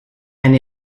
and